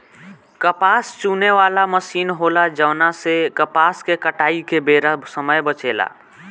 कपास चुने वाला मशीन होला जवना से कपास के कटाई के बेरा समय बचेला